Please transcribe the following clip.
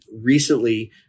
Recently